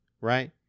Right